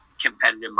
competitive